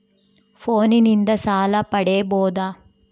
ಫೋನಿನಿಂದ ಸಾಲ ಪಡೇಬೋದ?